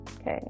Okay